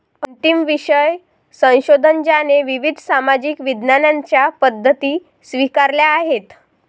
अंतिम विषय संशोधन ज्याने विविध सामाजिक विज्ञानांच्या पद्धती स्वीकारल्या आहेत